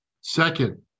Second